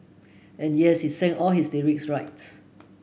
and yes he sang all his lyrics right